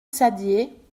saddier